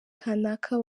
kanaka